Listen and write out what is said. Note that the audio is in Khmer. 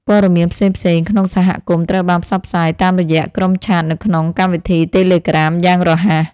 ព័ត៌មានផ្សេងៗក្នុងសហគមន៍ត្រូវបានផ្សព្វផ្សាយតាមរយៈក្រុមឆាតនៅក្នុងកម្មវិធីតេឡេក្រាមយ៉ាងរហ័ស។